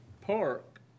park